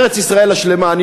ארץ-ישראל השלמה.